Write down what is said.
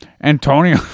Antonio